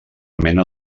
mena